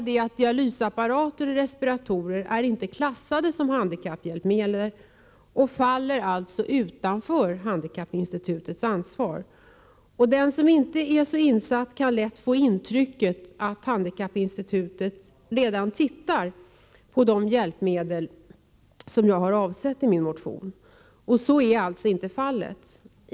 Dialysapparater och respiratorer är dock inte klassade som handikapphjälpmedel och faller alltså utanför handikappinstitutets ansvar. Den som inte är så insatt i saken kan lätt få intrycket att handikappinstitutet redan granskar de hjälpmedel som jag har avsett i min motion. Så är alltså inte fallet.